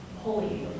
Holy